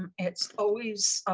and it's always,